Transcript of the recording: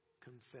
confess